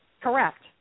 Correct